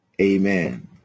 Amen